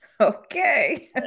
okay